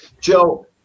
Joe